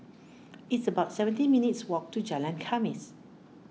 it's about seventeen minutes' walk to Jalan Khamis